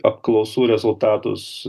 apklausų rezultatus